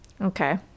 Okay